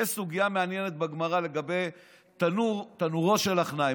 יש סוגיה מעניינת בגמרא לגבי תנורו של עכנאי.